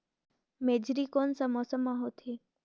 मेझरी कोन सा मौसम मां होथे?